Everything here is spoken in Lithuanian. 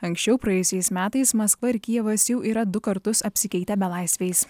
anksčiau praėjusiais metais maskva ir kijevas jau yra du kartus apsikeitę belaisviais